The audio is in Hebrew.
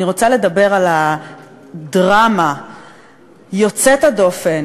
אני רוצה לדבר על הדרמה יוצאת הדופן